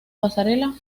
pasarela